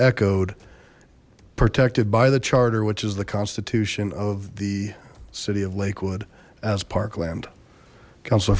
echoed protected by the charter which is the constitution of the city of lakewood as parkland